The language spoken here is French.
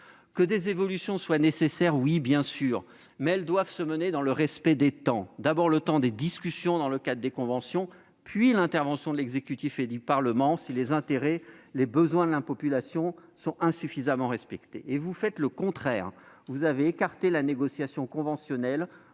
Que des évolutions soient nécessaires, nous vous l'accordons. Cependant, elles doivent être effectuées dans le respect des temps : d'abord, le temps des discussions dans le cadre des conventions, puis l'intervention de l'exécutif et du Parlement si les intérêts et les besoins de la population sont insuffisamment respectés. Or vous faites tout le contraire : après avoir écarté la négociation conventionnelle,